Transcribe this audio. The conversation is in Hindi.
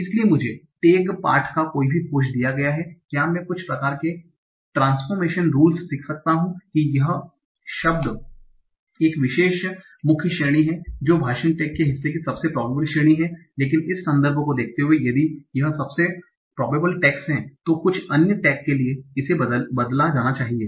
इसलिए मुझे टैग पाठ का कोई भी कोष दिया गया है क्या मैं कुछ प्रकार के ट्रांसफोरमेशन रुल्स सीख सकता हूं कि यह शब्द एक विशेष मुख्य श्रेणी है जो भाषण टैग के हिस्से की सबसे प्रोबेबल श्रेणी है लेकिन इस संदर्भ को देखते हुए यदि यह सबसे प्रोबेबल टेक्स्ट हैं तो कुछ अन्य टैग के लिए इसे बदला जाना चाहिए